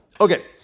Okay